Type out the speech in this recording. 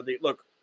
look